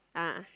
ah